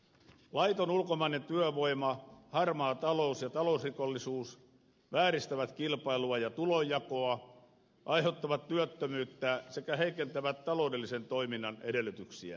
laiton ulkomainen työvoima harmaa talous ja talousrikollisuus vääristävät kilpailua ja tulonjakoa aiheuttavat työttömyyttä sekä heikentävät taloudellisen toiminnan edellytyksiä